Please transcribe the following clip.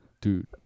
dude